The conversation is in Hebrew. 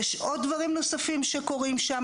יש עוד דברים שקורים שם,